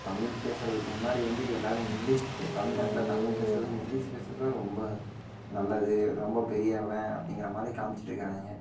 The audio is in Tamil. தமிழ் பேசுகிறதுக்கு முன்னாடி வந்து எல்லாரும் இங்கிலீஷ் தமிழ்நாட்ல தமிழ் பேசுகிறது இங்கிலீஷ் பேசுகிறதுதா ரொம்ப நல்லது ரொம்ப பெரியவன் அப்படிங்குறமாதிரி காமிச்சிகிட்டு இருக்கிறாய்ங்க